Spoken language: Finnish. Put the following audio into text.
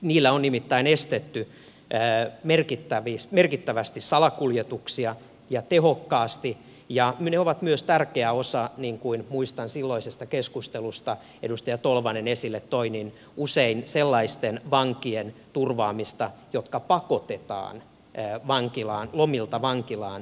niillä on nimittäin estetty merkittävästi ja tehokkaasti salakuljetuksia ja ne ovat myös tärkeä osa niin kuin muistan silloisesta keskustelusta kuten edustaja tolvanen esille toi usein sellaisten vankien turvaamista jotka pakotetaan tuomaan sisällään huumeita lomilta vankilaan